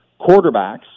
quarterbacks